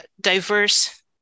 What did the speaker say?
diverse